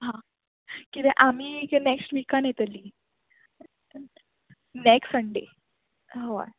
हां कित्या आमी जे नॅक्स्ट विकान येतली नॅक्स्ट संडे हय